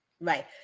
Right